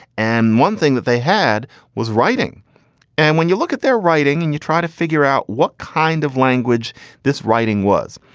and one thing that they had was writing and when you look at their writing and you try to figure out what kind of language this writing was,